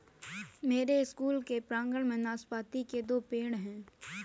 मेरे स्कूल के प्रांगण में नाशपाती के दो पेड़ हैं